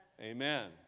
Amen